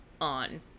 on